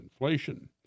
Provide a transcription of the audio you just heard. inflation